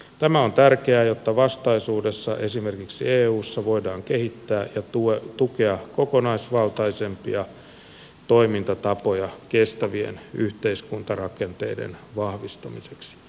tämä on tärkeää jotta vastaisuudessa esimerkiksi eussa voidaan kehittää ja tukea kokonaisvaltaisempia toimintatapoja kestävien yhteiskuntarakenteiden vahvistamiseksi afrikassa